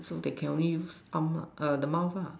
so they can only use arm mah err the mouth lah